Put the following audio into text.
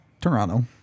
Toronto